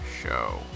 show